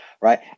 Right